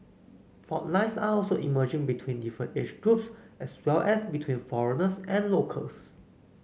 fault lines are also emerging between different age groups as well as between foreigners and locals